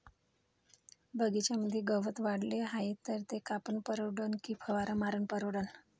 बगीच्यामंदी गवत वाढले हाये तर ते कापनं परवडन की फवारा मारनं परवडन?